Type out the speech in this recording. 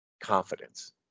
confidence